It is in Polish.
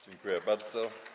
Dziękuję bardzo.